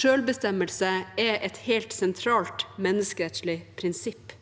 Selvbestemmelse er et helt sentralt menneskerettslig prinsipp.